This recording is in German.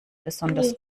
besonders